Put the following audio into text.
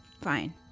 Fine